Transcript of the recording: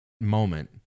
moment